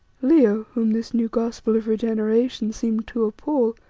leo, whom this new gospel of regeneration seemed to appall,